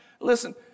listen